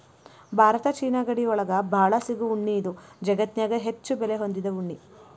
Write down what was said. Bharat China ಗಡಿ ಒಳಗ ಬಾಳ ಸಿಗು ಉಣ್ಣಿ ಇದು ಜಗತ್ತನ್ಯಾಗ ಹೆಚ್ಚು ಬೆಲೆ ಹೊಂದಿದ ಉಣ್ಣಿ